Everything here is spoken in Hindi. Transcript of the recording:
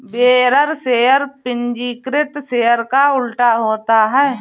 बेयरर शेयर पंजीकृत शेयर का उल्टा होता है